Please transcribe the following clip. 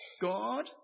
God